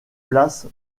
place